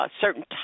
Certain